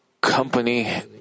company